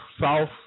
South